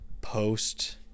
post